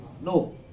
No